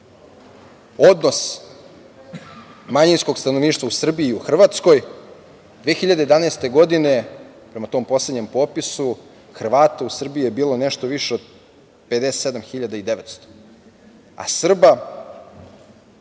odnos manjinskog stanovništva u Srbiji i u Hrvatskoj. Godine 2011. prema tom poslednjem popisu Hrvata u Srbiji je bilo nešto više od 57.900, a Srba